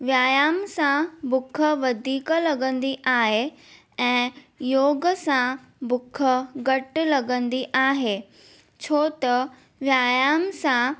व्यायामु सां बुख वधीक लॻंदी आहे ऐं योग सां बुख घटि लॻंदी आहे छो त व्यायामु सां